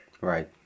Right